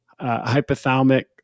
hypothalamic